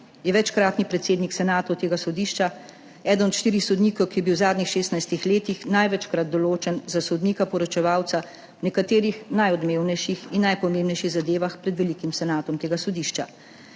je večkratni predsednik senatov tega sodišča, eden od štirih sodnikov, ki je bil v zadnjih 16 letih največkrat določen za sodnika poročevalca v nekaterih najodmevnejših in najpomembnejših zadevah pred velikim senatom tega sodišča.